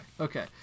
okay